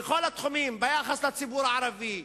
ביחס לציבור הערבי,